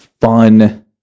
fun